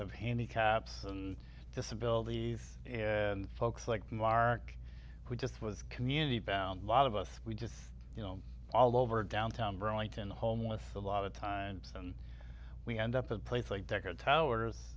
of handicaps and disabilities and folks like mark who just was community found a lot of us we just you know all over downtown burlington homeless a lot of times and we end up with a place like decker towers